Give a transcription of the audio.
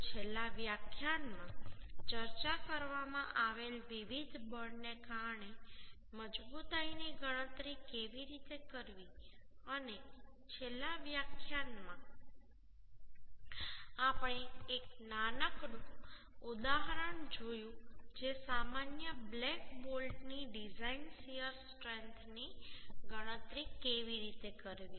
તો છેલ્લા વ્યાખ્યાનમાં ચર્ચા કરવામાં આવેલ વિવિધ બળને કારણે મજબૂતાઈની ગણતરી કેવી રીતે કરવી અને છેલ્લા વ્યાખ્યાનમાં આપણે એક નાનકડું ઉદાહરણ જોયું જે સામાન્ય બ્લેક બોલ્ટની ડિઝાઇન શીયર સ્ટ્રેન્થની ગણતરી કેવી રીતે કરવી